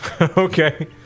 Okay